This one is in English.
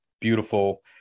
beautiful